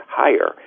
higher